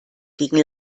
gegen